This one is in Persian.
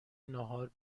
ناهار